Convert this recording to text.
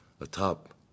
atop